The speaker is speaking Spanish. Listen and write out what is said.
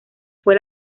fue